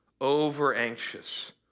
over-anxious